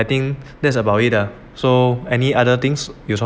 in that's annoying so any other things long